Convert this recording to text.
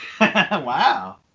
Wow